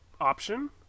Option